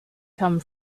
come